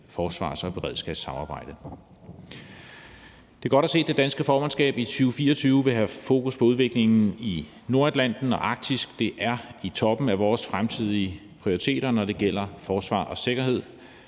forsvars- og beredskabssamarbejde. Det er godt at se, at det danske formandskab i 2024 vil have fokus på udviklingen i Nordatlanten og Arktis. Det er i toppen af vores fremtidige prioriteter, når det gælder forsvar og sikkerhed,